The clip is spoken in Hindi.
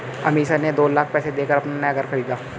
अमीषा ने दो लाख पैसे देकर अपना नया घर खरीदा